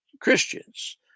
Christians